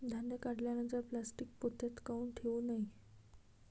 धान्य काढल्यानंतर प्लॅस्टीक पोत्यात काऊन ठेवू नये?